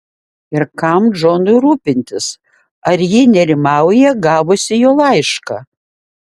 ir kam džonui rūpintis ar ji nerimauja gavusi jo laišką